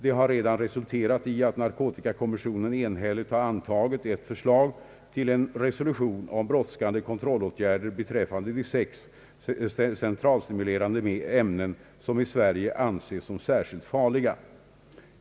Det har redan resulterat i att narkotikakommissionen enhälligt antagit ett förslag till resolution om brådskande kontrollåtgärder beträffande de sex centralstimulerande ämnen som i Sverige anses särskilt farliga.